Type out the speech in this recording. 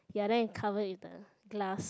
ya then it cover with the glass